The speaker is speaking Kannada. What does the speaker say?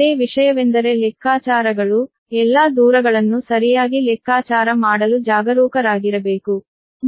ಒಂದೇ ವಿಷಯವೆಂದರೆ ಲೆಕ್ಕಾಚಾರಗಳು ಎಲ್ಲಾ ಡಿಸ್ಟೆನ್ಸ್ ಗಳನ್ನು ಸರಿಯಾಗಿ ಲೆಕ್ಕಾಚಾರ ಮಾಡಲು ಜಾಗರೂಕರಾಗಿರಬೇಕು